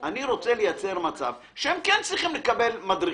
אני רוצה לייצר מצב שהם כן צריכים לקבל מדריכים.